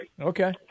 Okay